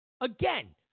Again